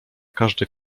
każdy